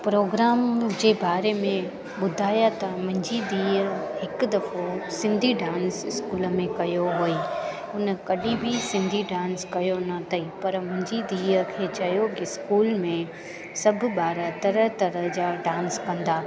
programme जे बारे में ॿुधायां त मुंहिंजी धीअ हिकु दफ़ो सिंधी डांस स्कूल में कयो हुई उन कॾहिं बि सिंधी डांस कयो न अथईं पर मुंहिंजी धीअ खे चयो की स्कूल में सभ ॿार तरह तरह जा डांस कंदा